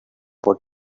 them